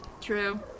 True